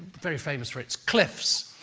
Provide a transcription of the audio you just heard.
very famous for its cliffs.